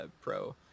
pro